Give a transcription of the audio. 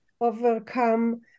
overcome